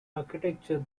architecture